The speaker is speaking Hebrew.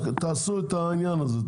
תעשו את העניין הזה,